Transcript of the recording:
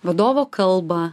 vadovo kalbą